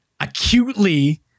acutely